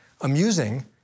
amusing